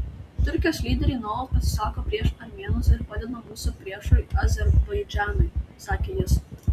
turkijos lyderiai nuolat pasisako prieš armėnus ir padeda mūsų priešui azerbaidžanui sakė jis